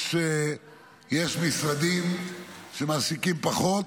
יש משרדים שמעסיקים פחות.